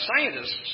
scientists